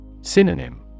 Synonym